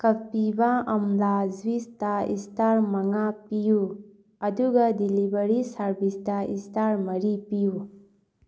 ꯀꯄꯤꯚꯥ ꯑꯝꯂꯥ ꯖꯨꯁꯇ ꯏꯁꯇꯥꯔ ꯃꯉꯥ ꯄꯤꯌꯨ ꯑꯗꯨꯒ ꯗꯤꯂꯤꯚꯔꯤ ꯁꯔꯚꯤꯁꯇ ꯏꯁꯇꯥꯔ ꯃꯔꯤ ꯄꯤꯌꯨ